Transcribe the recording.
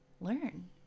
learn